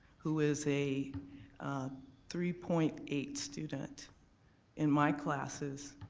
who is a three point eight student in my classes,